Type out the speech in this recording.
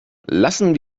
lassen